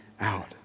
out